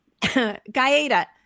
Gaeta